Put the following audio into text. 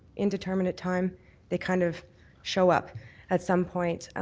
inn determinant time they kind of show up at some point.